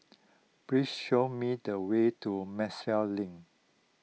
please show me the way to Maxwell Link